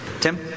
Tim